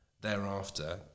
thereafter